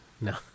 No